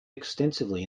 extensively